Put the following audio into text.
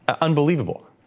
Unbelievable